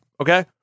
Okay